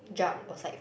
jug outside